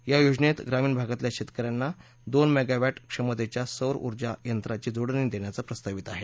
या योजनेत ग्रामीण भागातल्या शेतक यांना दोन मेगॉवॅट क्षमतेच्या सौर ऊर्जा यंत्राची जोडणी देण्याचं प्रस्तावित आहे